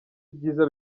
ibyiza